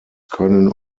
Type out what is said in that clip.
können